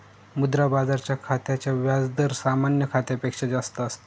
मुद्रा बाजाराच्या खात्याचा व्याज दर सामान्य खात्यापेक्षा जास्त असतो